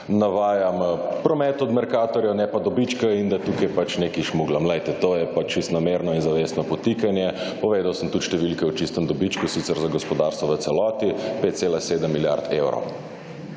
navajam promet od Mercatorja ne pa dobičkov in da tukaj pač nekaj šmuglam. Glejte, to je pa čisto namerno in zavestno podtikanje. Povedal sem tudi številke o čistem dobičku sicer za gospodarstvo v celoti: 5,7 milijard evrov.